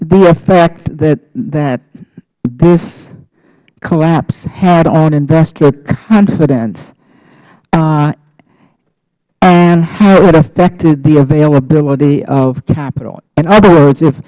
the effect that this collapse had on investor confidence and how it affected the availability of capital in other words if